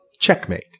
Checkmate